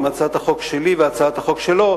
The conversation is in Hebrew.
עם הצעת החוק שלי והצעת החוק שלו,